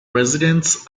residents